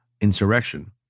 insurrection